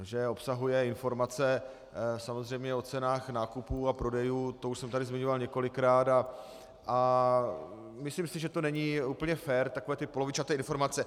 To, že obsahuje informace samozřejmě o cenách nákupů a prodejů, to už jsem tady zmiňoval několikrát a myslím si, že to není úplně fér, takové ty polovičaté informace.